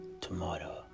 tomorrow